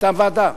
מטעם ועדה.